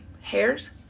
hairs